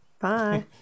Bye